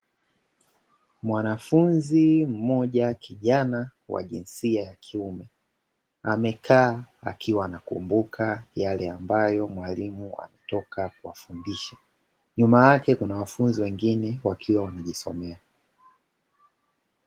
Mwanafunzi mmoja kijana wa jinsia ya kiume, amekaa akiwa anakumbuka yale ambayo mwakimu ametoka kuwafundisha, nyuma yake kuna wanafunzi wengine wakiwa wanajisomea.